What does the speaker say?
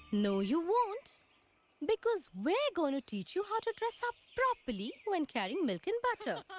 no, you won't because we're going to teach you how to dresss up properly, when carrying milk and butter,